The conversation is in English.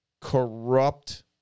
corrupt